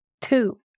Two